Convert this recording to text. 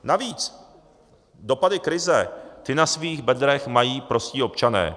Navíc dopady krize, ty na svých bedrech mají prostí občané.